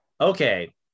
okay